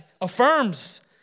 affirms